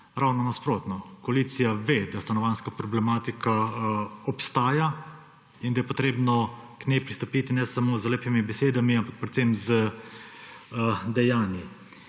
Ravno nasprotno. Koalicija ve, da stanovanjska problematika obstaja in da je potrebno k njej pristopiti ne samo z lepimi besedami, ampak predvsem z dejanji.